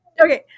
Okay